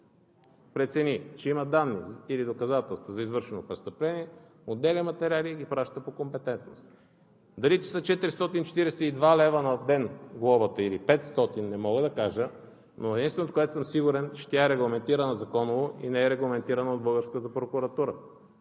прецени, че има данни или доказателства за извършено престъпление, отделя материали и ги праща по компетентност. Дали ще са 442 лв. на ден глобата, или 500 лв. – не мога да кажа, но единственото, в което съм сигурен, е, че тя е регламентирана законово и не е регламентирана от българската прокуратура.